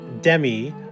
Demi